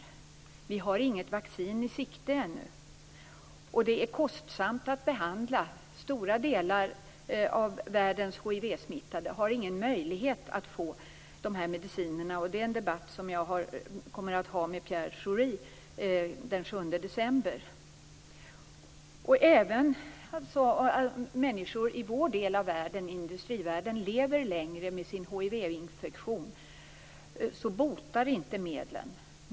Det finns inget vaccin i sikte ännu, och behandlingen är kostsam. Stora delar av världens hivsmittade har ingen möjlighet att få de här medicinerna, och det kommer jag att ha en debatt om med Pierre Schori den 7 december. Även om människor i vår del av världen - industrivärlden - lever längre med sin hivinfektion, så botar inte medlen.